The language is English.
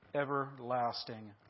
everlasting